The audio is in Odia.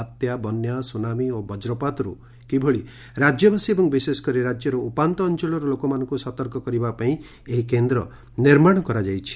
ବାତ୍ୟା ବନ୍ୟା ସୁନାମି ଓ ବଜ୍ରପାତରୁ କିଭଳି ରାଜ୍ୟବାସୀ ଏବଂ ବିଶେଷକରି ରାଜ୍ୟର ଉପାନ୍ତ ଅଞ୍ଚଳର ଲୋକମାନଙ୍କୁ ସତର୍କ କରିବା ପାଇଁ ଏହି କେନ୍ଦ୍ର ନିର୍ମାଣ କରାଯାଇଛି